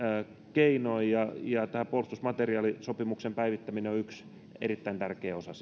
keinoin ja ja tämä puolustusmateriaalisopimuksen päivittäminen on yksi erittäin tärkeä osa